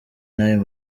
n’ayo